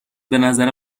بنظر